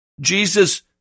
Jesus